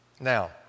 Now